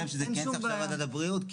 שזה כן צריך להיות להישאר בוועדת הבריאות.